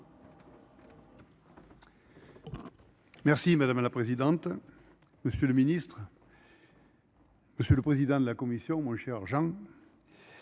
Merci madame la présidente. Monsieur le Ministre. Monsieur le président de la Commission, mon cher Jean.